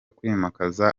kwimakaza